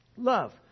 Love